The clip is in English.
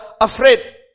afraid